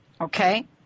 Okay